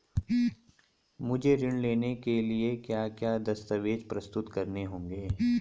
मुझे ऋण लेने के लिए क्या क्या दस्तावेज़ प्रस्तुत करने होंगे?